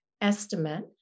estimate